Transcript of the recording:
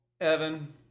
Evan